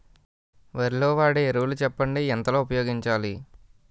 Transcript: వరిలో వాడే ఎరువులు చెప్పండి? ఎంత లో ఉపయోగించాలీ?